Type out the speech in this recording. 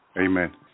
Amen